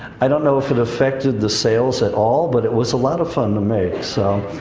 i don't know if it affected the sales at all, but it was a lot of fun to make, so.